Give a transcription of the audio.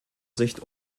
sicht